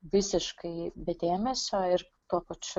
visiškai be dėmesio ir tuo pačiu